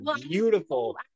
beautiful